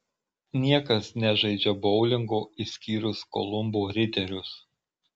niekas nežaidžia boulingo išskyrus kolumbo riterius